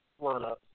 lineup